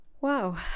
Wow